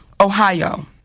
Ohio